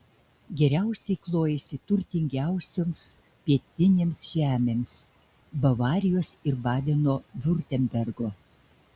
geriausiai klojasi turtingiausioms pietinėms žemėms bavarijos ir badeno viurtembergo